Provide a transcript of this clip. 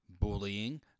bullying